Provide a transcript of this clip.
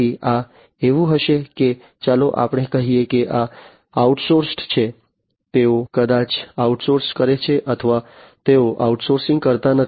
તેથી આ એવું હશે કે ચાલો આપણે કહીએ કે આ આઉટસોર્સ્ડ છે તેઓ કદાચ આઉટસોર્સ કરે છે અથવા તેઓ આઉટસોર્સિંગ કરતા નથી